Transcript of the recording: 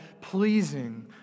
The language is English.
pleasing